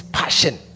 passion